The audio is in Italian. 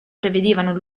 prevedevano